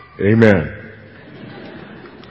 Amen